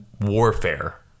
warfare